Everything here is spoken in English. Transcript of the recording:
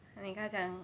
ah 你跟他讲